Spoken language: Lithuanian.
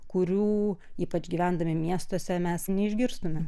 kurių ypač gyvendami miestuose mes neišgirstume